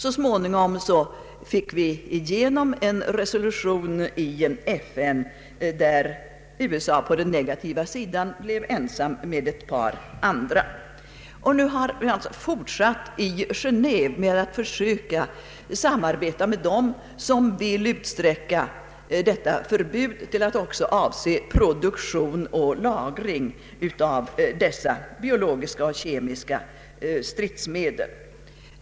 Så småningom fick vi igenom en resolution i FN, varvid på den negativa sidan USA blev ensamt med ett par andra. Nu har vi alltså fortsatt i Genéve med att försöka samarbeta med dem som vill utsträcka detta förbud till att också avse produktion och lagring av biologiska och kemiska stridsmedel.